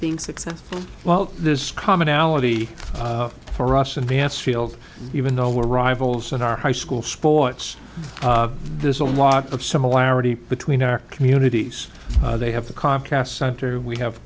being success well this commonality for us in vance field even though we're rivals in our high school sports there's a lot of similarity between our communities they have the contrasts center we have